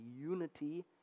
unity